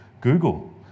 Google